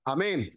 Amen